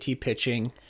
pitching